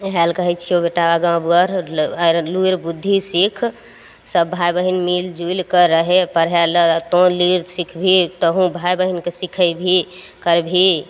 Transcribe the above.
इएह लए कहय छियौ बेटा आगा बढ़ लुरि बुद्धि सीख सभ भाय बहिन मिल जुलिकऽ रहय पढ़य लए तू लुरि सीखबही तहुँ भाय बहिनके सिखयबही करबही